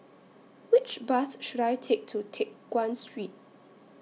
Which Bus should I Take to Teck Guan Street